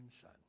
son